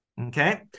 Okay